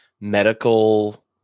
medical